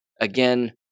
again